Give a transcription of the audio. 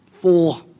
four